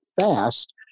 fast